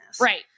Right